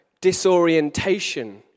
disorientation